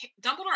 Dumbledore